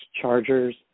Chargers